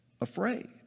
afraid